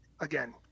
Again